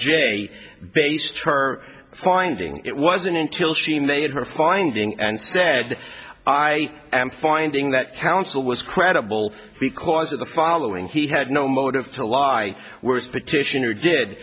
a based her finding it wasn't until she made her finding and said i am finding that counsel was credible because of the following he had no motive to lie were petitioner did